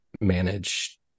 manage